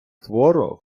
твору